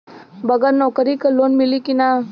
बगर नौकरी क लोन मिली कि ना?